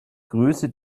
größe